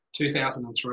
2003